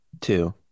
Two